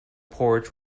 porch